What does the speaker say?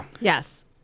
Yes